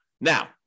Now